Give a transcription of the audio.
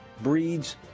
breeds